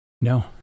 No